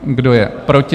Kdo je proti?